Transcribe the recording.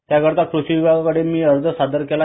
त्याकरीता कृषीविभागाकडे मी अर्ज सादर केला